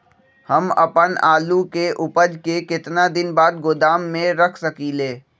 हम अपन आलू के ऊपज के केतना दिन बाद गोदाम में रख सकींले?